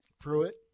Pruitt